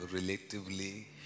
relatively